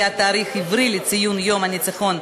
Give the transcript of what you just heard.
קביעת תאריך עברי לציון יום הניצחון),